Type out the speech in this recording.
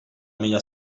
meglio